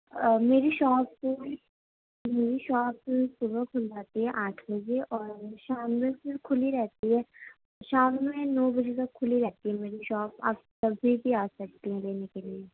اور میری شاپ میری شاپ صبح کھل جاتی ہے آٹھ بجے اور شام میں پھر کھلی رہتی ہے شام میں نو بجے تک کھلی رہتی ہے میری شاپ آپ کبھی بھی آ سکتی ہیں لینے کے لیے